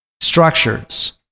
structures